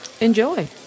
enjoy